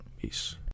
Peace